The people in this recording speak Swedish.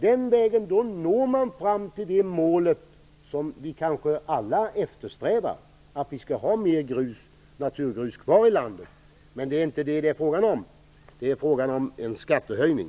Den vägen leder fram till det mål som vi kanske alla eftersträvar, att vi skall ha mer naturgrus kvar i landet. Men det är inte det som det är fråga om, det är fråga om en skattehöjning.